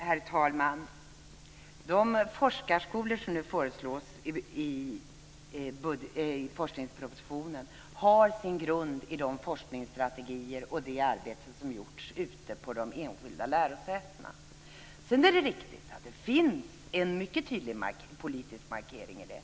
Herr talman! De forskarskolor som nu föreslås i forskningspropositionen har sin grund i de forskningsstrategier och det arbete som gjorts ute på de enskilda lärosätena. Det är riktigt att det finns en mycket tydlig politisk markering i det.